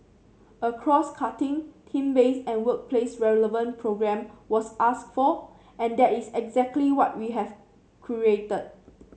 a crosscutting theme based and workplace relevant programme was asked for and that is exactly what we have